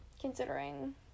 considering